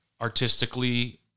artistically